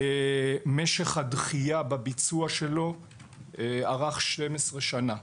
משק הדחיה בביצוע שלו ארך 12 שנה.